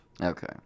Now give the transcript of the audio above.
Okay